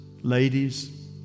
Ladies